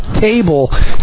Table